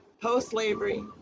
post-slavery